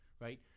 right